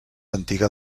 antiga